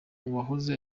uwahoze